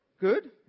good